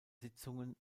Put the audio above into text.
sitzungen